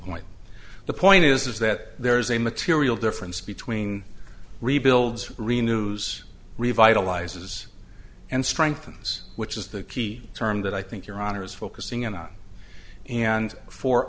point the point is that there is a material difference between rebuilds renos revitalizes and strengthens which is the key term that i think your honor is focusing in on and fo